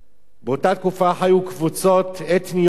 באותה תקופה חיו קבוצות אתניות רבות,